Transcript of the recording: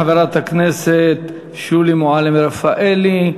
תודה לחברת הכנסת שולי מועלם-רפאלי.